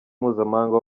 mpuzamahanga